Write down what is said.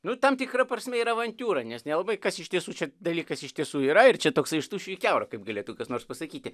nu tam tikra prasme yra avantiūra nes nelabai kas iš tiesų šis dalykas iš tiesų yra ir čia toksai iš tuščio į kiaurą kaip galėtų kas nors pasakyti